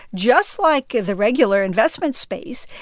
just like the regular investment space,